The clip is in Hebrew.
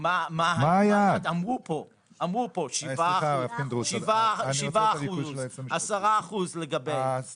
אמרו פה 7%. 10% לגבי --- זה